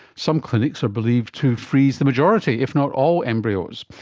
some clinics are believed to freeze the majority if not all embryos.